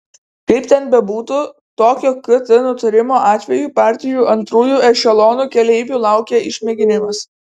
kaip ten bebūtų tokio kt nutarimo atveju partijų antrųjų ešelonų keleivių laukia išmėginimas